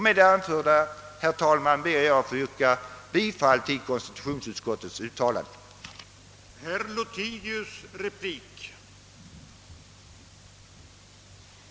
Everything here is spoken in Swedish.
Med det anförda, herr talman, ber jag att få yrka bifall till konstitutionsutskottets hemställan. Åtgärder i syfte att fördjupa och stärka det svenska folkstyret